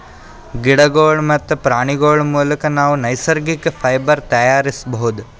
ಗಿಡಗೋಳ್ ಮತ್ತ್ ಪ್ರಾಣಿಗೋಳ್ ಮುಲಕ್ ನಾವ್ ನೈಸರ್ಗಿಕ್ ಫೈಬರ್ ತಯಾರಿಸ್ಬಹುದ್